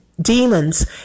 demons